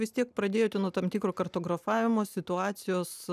vis tiek pradėjote nuo tam tikro kartografavimo situacijos